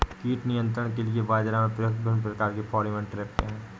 कीट नियंत्रण के लिए बाजरा में प्रयुक्त विभिन्न प्रकार के फेरोमोन ट्रैप क्या है?